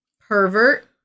pervert